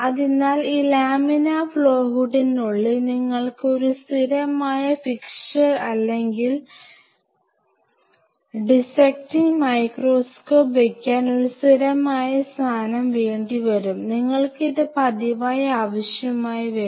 അതിനാൽ ഈ laminar flow ഹൂഡിനുള്ളിൽ നിങ്ങൾക്ക് ഒരു സ്ഥിരമായ ഫിക്ചർ അല്ലെങ്കിൽ ഡിസ്സെറ്റിങ് മൈക്രോസ്കോപ്പ് വെയ്ക്കാൻ ഒരു സ്ഥിരമായ സ്ഥാനം വേണ്ടി വരും നിങ്ങൾക്ക് ഇത് പതിവായി ആവശ്യമായി വരും